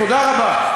תודה רבה.